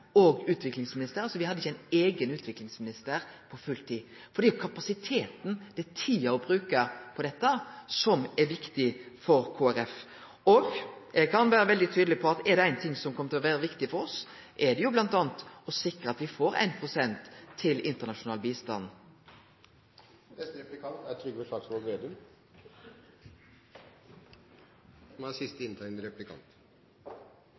og utviklingsminister. Me hadde altså ikkje ein eigen utviklingsminister på fulltid. Det er jo kapasiteten, tida ein bruker på dette, som er viktig for Kristeleg Folkeparti. Eg kan vere veldig tydeleg på dette: Er det noko som kjem til å vere viktig for oss, er det bl.a. å sikre at me får 1 pst. til internasjonal bistand. Senterpartiet og Kristelig Folkeparti har mye felles historie når det gjelder bistandspolitikken, også da bistandsministerposten ble opprettet – da med Høyre. Det er